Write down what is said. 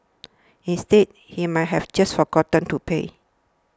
instead he might have just forgotten to pay